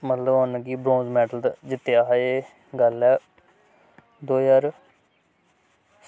उन्ने मतलब की गोल्ड मैडल जित्तेआ हा एह् गल्ल ऐ दो ज्हार